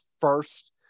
first